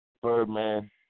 Birdman